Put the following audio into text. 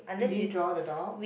you didn't draw the dogs